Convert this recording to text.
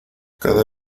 cada